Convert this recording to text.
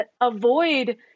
avoid